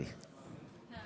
אתן